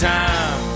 time